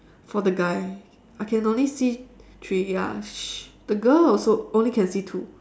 for the guy I can only see three ya sh~ the girl also only can see two